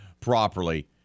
properly